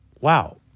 wow